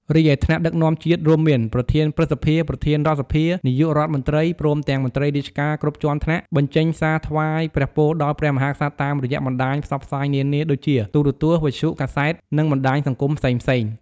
រីឯ ថ្នាក់ដឹកនាំជាតិរួមមាន ប្រធានព្រឹទ្ធសភា ប្រធានរដ្ឋសភា នាយករដ្ឋមន្ត្រី ព្រមទាំងមន្ត្រីរាជការគ្រប់ជាន់ថ្នាក់ បញ្ចេញសារថ្វាយព្រះពរដល់ព្រះមហាក្សត្រតាមរយៈបណ្តាញផ្សព្វផ្សាយនានាដូចជា ទូរទស្សន៍ វិទ្យុ កាសែត និងបណ្តាញសង្គមផ្សេងៗ។